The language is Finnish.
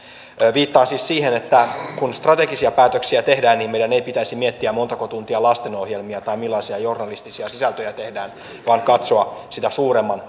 viittaan siis siihen että kun strategisia päätöksiä tehdään niin meidän ei pitäisi miettiä montako tuntia lastenohjelmia tai millaisia journalistisia sisältöjä tehdään vaan katsoa sitä suuremman